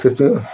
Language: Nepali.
त्यो चाहिँ